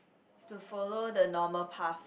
to follow the normal path